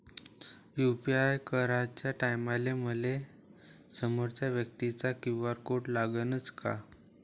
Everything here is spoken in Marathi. यू.पी.आय कराच्या टायमाले मले समोरच्या व्यक्तीचा क्यू.आर कोड लागनच का?